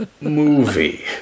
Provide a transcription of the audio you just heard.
movie